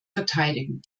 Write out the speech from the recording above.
verteidigen